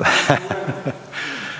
vam